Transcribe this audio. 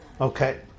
okay